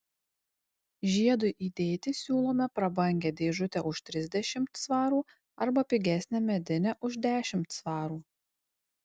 žiedui įdėti siūlome prabangią dėžutę už trisdešimt svarų arba pigesnę medinę už dešimt svarų